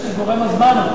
יש גורם הזמן.